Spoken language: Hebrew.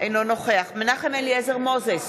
אינו נוכח מנחם אליעזר מוזס,